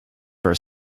for